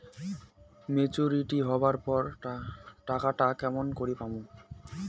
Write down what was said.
Maturity হবার পর টাকাটা কেমন করি পামু?